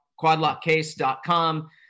quadlockcase.com